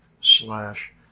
slash